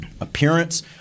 appearance